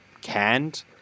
canned